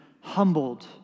humbled